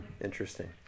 Interesting